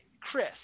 Chris